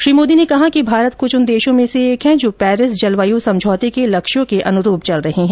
श्री मोदी ने कहा कि भारत कृछ उन देशों में से एक है जो पेरिस जलवायु समझौते के लक्ष्यों के अनुरूप चल रहे है